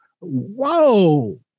whoa